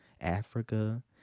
Africa